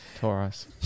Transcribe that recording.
Taurus